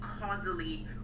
causally